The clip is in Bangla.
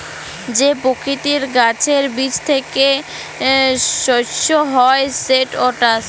যে পকিতির গাহাচের বীজ থ্যাইকে শস্য হ্যয় সেট ওটস